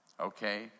okay